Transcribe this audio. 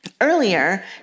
Earlier